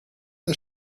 the